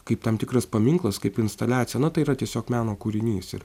kaip tam tikras paminklas kaip instaliacija na tai yra tiesiog meno kūrinys ir